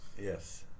Yes